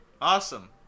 awesome